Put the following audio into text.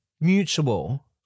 mutual